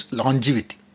longevity